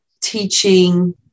teaching